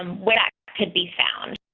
um what i could be found.